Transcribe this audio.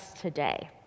today